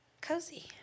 Cozy